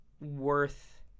worth